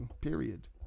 period